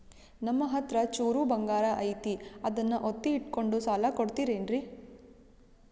ನಮ್ಮಹತ್ರ ಚೂರು ಬಂಗಾರ ಐತಿ ಅದನ್ನ ಒತ್ತಿ ಇಟ್ಕೊಂಡು ಸಾಲ ಕೊಡ್ತಿರೇನ್ರಿ?